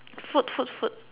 food food food